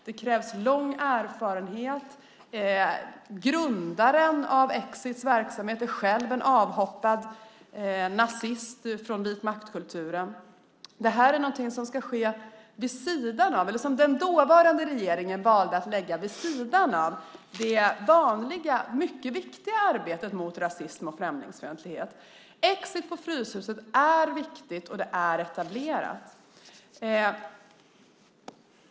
Det krävs lång erfarenhet. Grundaren av Exits verksamhet är själv en avhoppad nazist från vitmaktkulturen. Den dåvarande regeringen valde att lägga detta arbete vid sidan av det vanliga mycket viktiga arbetet mot rasism och främlingsfientlighet. Exit på Fryshuset är viktigt och etablerat.